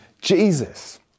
Jesus